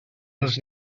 els